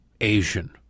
Asian